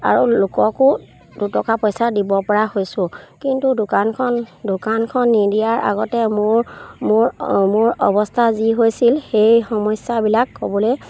আৰু লোককো দুটকা পইচা দিব পৰা হৈছোঁ কিন্তু দোকানখন দোকানখন নিদিয়াৰ আগতে মোৰ মোৰ মোৰ অৱস্থা যি হৈছিল সেই সমস্যাবিলাক ক'বলৈ